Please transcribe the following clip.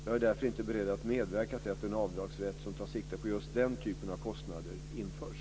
Jag är därför inte beredd att medverka till att en avdragsrätt som tar sikte på just den typen av kostnader införs.